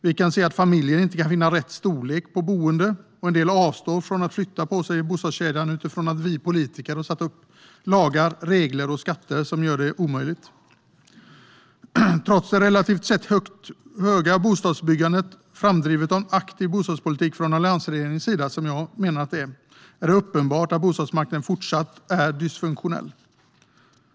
Vi kan se att familjer inte kan finna rätt storlek på boendet och att en del avstår från att flytta på sig i bostadskedjan för att vi politiker har satt upp lagar, regler och skatter som gör det omöjligt. Trots den relativt sett höga takten på bostadsbyggandet, framdriven av en aktiv bostadspolitik från alliansregeringens sida, som jag menar att det är, är det uppenbart att bostadsmarknaden fortsatt är dysfunktionell.